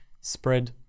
spread